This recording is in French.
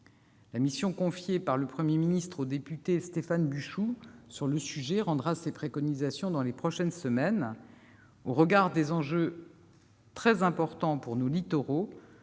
ministre a confié une mission au député Stéphane Buchou sur le sujet. Celui-ci rendra ses préconisations dans les prochaines semaines. Au regard des enjeux très importants pour nos littoraux,